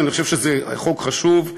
אני חושב שזה חוק חשוב,